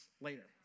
later